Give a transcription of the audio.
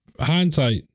hindsight